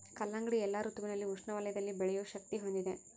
ಕಲ್ಲಂಗಡಿ ಎಲ್ಲಾ ಋತುವಿನಲ್ಲಿ ಉಷ್ಣ ವಲಯದಲ್ಲಿ ಬೆಳೆಯೋ ಶಕ್ತಿ ಹೊಂದಿದೆ